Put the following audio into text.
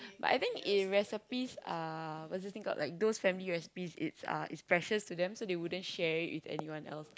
but I think if recipes are what's this thing called like those family recipes it's uh it's precious to them so they wouldn't share it with anyone else